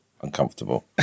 uncomfortable